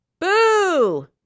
Boo